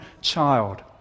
child